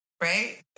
Right